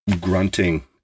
grunting